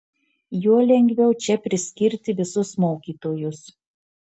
juo lengviau čia priskirti visus mokytojus